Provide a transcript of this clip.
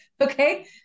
Okay